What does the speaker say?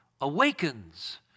awakens